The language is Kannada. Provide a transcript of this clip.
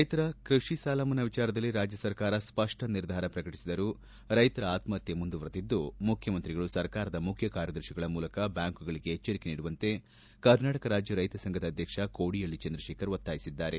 ರೈತರ ಕೃಷಿ ಸಾಲಮನ್ನಾ ವಿಚಾರದಲ್ಲಿ ರಾಜ್ಯ ಸರಕಾರ ಸ್ಪಷ್ಟ ನಿರ್ಧಾರ ಪ್ರಕಟಿಸಿದರೂ ರೈತರ ಆತ್ಮಪತ್ಯೆ ಮುಂದುವರೆದಿದ್ದು ಮುಖ್ಚಮಂತ್ರಿಗಳು ಸರ್ಕಾರದ ಮುಖ್ಚಿಕಾರ್ಯದರ್ಶಿಗಳ ಮೂಲಕ ಬ್ಯಾಂಕ್ಗಳಿಗೆ ಎಚ್ಚರಿಕೆ ನೀಡುವಂತೆ ಕರ್ನಾಟಕ ರಾಜ್ಯ ರೈತ ಸಂಘದ ಅಧ್ಯಕ್ಷ ಕೋಡಿಹಳ್ಳಿ ಚಂದ್ರತೇಖರ್ ಒತ್ತಾಯಿಸಿದ್ದಾರೆ